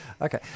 Okay